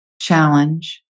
challenge